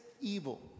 evil